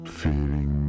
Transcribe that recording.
feeling